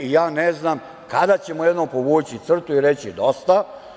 Ja ne znam kada ćemo jednom povući crtu i reći – dosta?